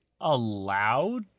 allowed